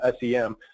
SEM